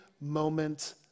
moment